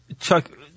Chuck